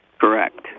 Correct